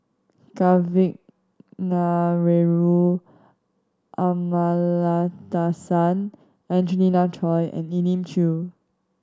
Kavignareru Amallathasan Angelina Choy and Elim Chew